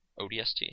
ODST